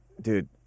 dude